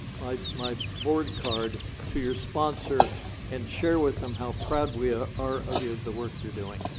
my my board card to your sponsor and share with them how proud we are are of you of the work you're doing.